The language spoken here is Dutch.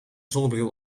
zonnebril